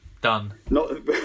Done